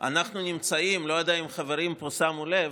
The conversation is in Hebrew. לא יודע אם החברים כאן שמו לב,